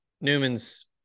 Newman's